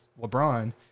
lebron